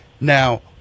Now